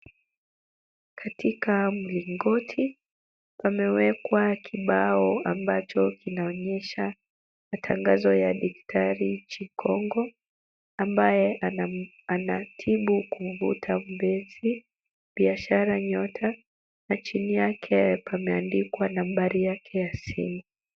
Katika mlingoti pamewekwa kibao ambacho kinaonyesha matangazo ya daktari Chingongo ambaye anatibu kuvuta mpenzi, biashara, nyota na chini yake pameandikwa nambari yake ya simu.